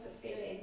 fulfilling